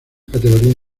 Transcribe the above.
categorías